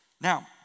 Now